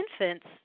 infants